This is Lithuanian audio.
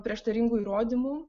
prieštaringų įrodymų